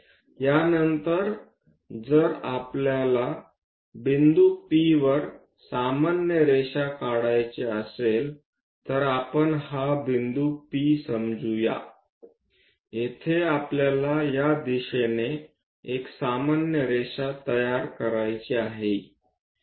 यानंतर जर आपल्याला बिंदू P वर सामान्य रेषा काढायची असेल तर आपण हा बिंदू P समजू या येथे आपल्याला त्या दिशेने एक सामान्य रेषा तयार करायची आहे